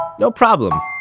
no problem.